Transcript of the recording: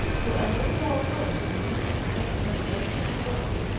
who alone bore home the news of the circumnavigation of the world,